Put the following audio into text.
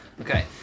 Okay